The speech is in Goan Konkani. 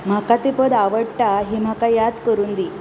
म्हाका तें पद आवडटा ही म्हाका याद करून दी